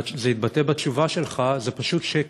וזה התבטא בתשובה שלך זה פשוט שקר.